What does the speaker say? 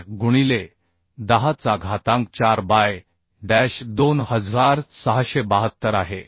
98 गुणिले 10 चा घातांक 4 बाय डॅश 2672 आहे